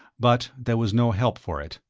but there was no help for it.